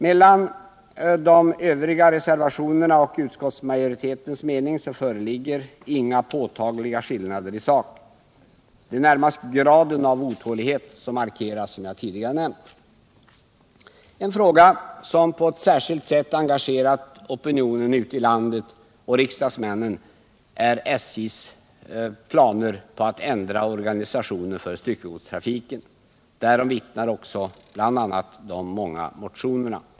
Mellan de övriga reservationerna och utskottsmajoritetens hemställan föreligger inga påtagliga skillnader i sak. Det är, som jag tidigare nämnt, närmast graden av otålighet som skiljer. En fråga som på ett mycket särskilt sätt engagerat opinionen ute i landet och riksdagsmännen är SJ:s planer på att ändra organisationen för styckegodstrafiken. Därom vittnar också de många motionerna.